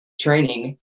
training